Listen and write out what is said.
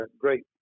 great